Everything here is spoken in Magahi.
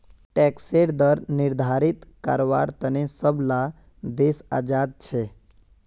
टैक्सेर दर निर्धारित कारवार तने सब ला देश आज़ाद छे